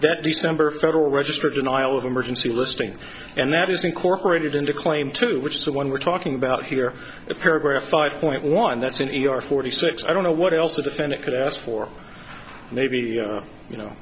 that december federal register denial of emergency listing and that is incorporated in the claim to which is the one we're talking about here a paragraph five point one that's an easy or forty six i don't know what else to defend it could ask for maybe you know